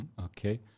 Okay